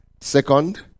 second